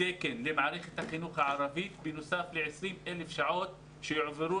תקן למערכת החינוך הערבית בנוסף ל-20,000 שעות שיועברו